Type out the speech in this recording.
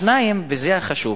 שניים, וזה החשוב,